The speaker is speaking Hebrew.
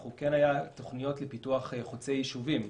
היו תוכניות לפיתוח חוצה יישובים,